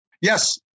Yes